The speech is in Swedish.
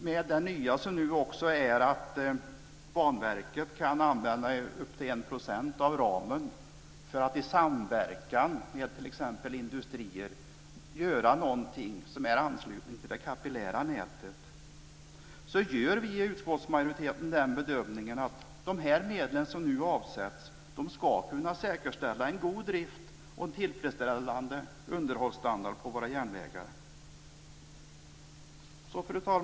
Med det nya, som är att Banverket kan använda upp till 1 % av ramen för att i samverkan med t.ex. industrier göra någonting som har anslutning till det kapillära nätet, gör vi i utskottsmajoriteten den bedömningen att de medel som nu avsätts ska kunna säkerställa en god drift och en tillfredsställande underhållsstandard på våra järnvägar. Fru talman!